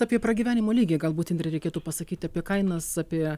apie pragyvenimo lygį galbūt indre reikėtų pasakyti apie kainas apie